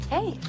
Hey